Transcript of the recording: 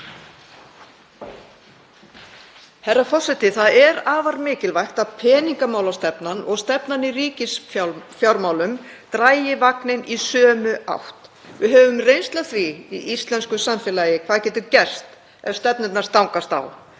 Herra forseti. Það er afar mikilvægt að peningamálastefnan og stefnan í ríkisfjármálum dragi vagninn í sömu átt. Við höfum reynslu af því í íslensku samfélagi hvað getur gerst ef stefnurnar stangast á.